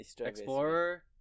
Explorer